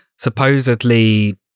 supposedly